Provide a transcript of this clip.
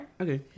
Okay